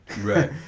Right